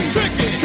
Tricky